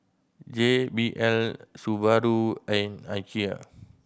J B L Subaru and Ikea